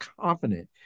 confident